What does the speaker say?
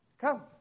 Come